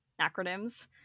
acronyms